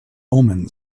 omens